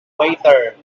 waiter